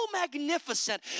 magnificent